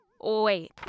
Wait